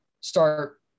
start